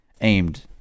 aimed